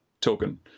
token